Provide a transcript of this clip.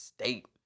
state